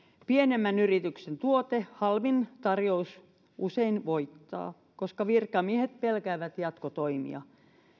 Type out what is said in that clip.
pienemmän yrityksen tuote halvin tarjous usein voittaa koska virkamiehet pelkäävät jatkotoimia